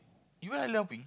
you went island hopping